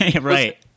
right